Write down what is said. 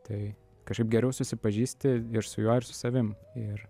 tai kažkaip geriau susipažįsti su juo ir su savim ir